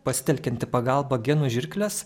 pasitelkiant į pagalbą genų žirkles